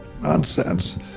Nonsense